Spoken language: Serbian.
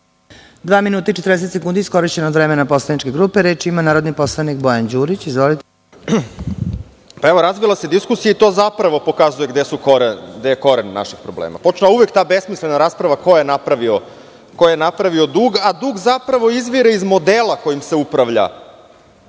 minuta i četrdeset sekundi od vremena poslaničke grupe. Reč ima narodni poslanik Bojan Đurić. Izvolite. **Bojan Đurić** Evo, razvila se diskusija i to zapravo pokazuje gde je koren naših problema. Uvek počne ta besmislena rasprava ko je napravio dug, a dug zapravo izvire iz modela kojim se upravlja